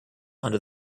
under